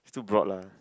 it's too broad lah